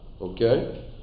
okay